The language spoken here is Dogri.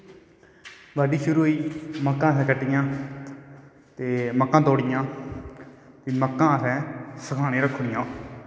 बाह्ड्डी शुरु होई मक्कां असैं कट्टियां मक्कां तोड़ियां फ्ही मक्कां असैं सकानें गी रक्खी ओड़ियां ओह्